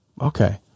Okay